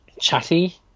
chatty